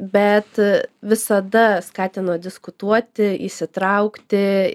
bet visada skatino diskutuoti įsitraukti